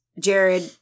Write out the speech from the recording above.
Jared